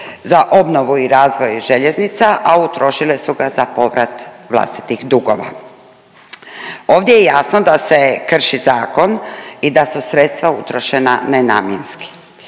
za obnovu i razvoj željeznica, a utrošile su ga za povrat vlastitih dugova. Ovdje je jasno da se krši zakon i da su sredstva utrošena nenamjenski.